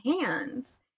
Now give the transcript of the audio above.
hands